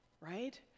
Right